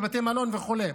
בבתי מלון וכו'.